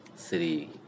Sri